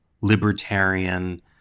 libertarian